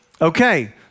Okay